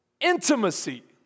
intimacy